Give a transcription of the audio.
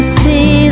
see